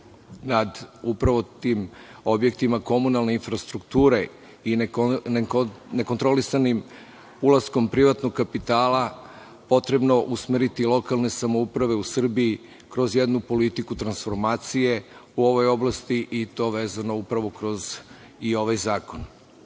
nad upravo tim objektima komunalne infrastrukture i nekontrolisanim ulaskom privatnog kapitala potrebno usmeriti lokalne samouprave u Srbiji kroz jednu politiku transformacije u ovoj oblasti, i to vezano upravo kroz ovaj zakon. Ono